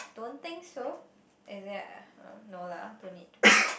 don't think so is it no lah don't need